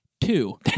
Two